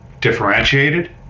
differentiated